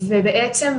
ובעצם,